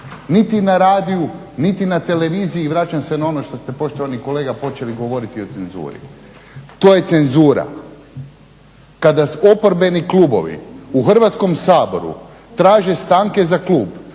niti na radiju, niti na televiziji. Vraćam se na ono što ste poštovani kolega počeli govoriti o cenzuri. To je cenzura. Kada oporbeni klubovi u Hrvatskom saboru traže stanke za klub